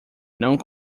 não